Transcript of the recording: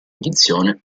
edizione